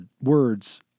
words